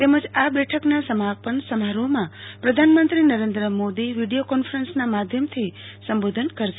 તેમજ આ બેઠકના સમાપન સમારોહમાં પ્રધાનમંત્રી નરેન્દ્ર મોદી વીડીયો કોન્ફરન્સના માધ્યમથી સંબોધન કરશે